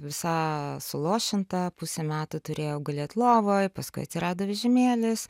visa suluošinta pusę metų turėjau gulėt lovoj paskui atsirado vežimėlis